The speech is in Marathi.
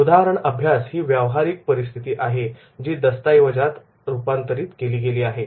केस स्टडी ही व्यावहारिक परिस्थिती आहे जी दस्तऐवजात रूपांतरित केली गेली आहे